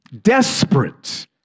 desperate